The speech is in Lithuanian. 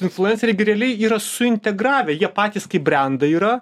influenceriai gi realiai yra suintegravę jie patys kaip brendai yra